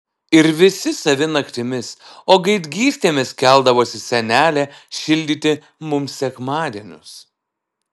ir visi savi naktimis o gaidgystėmis keldavosi senelė šildyti mums sekmadienius